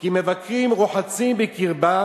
כי מבקרים רוחצים בקרבם,